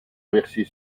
inverser